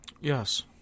yes